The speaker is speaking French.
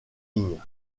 ligne